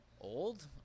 old